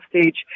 stage